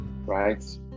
right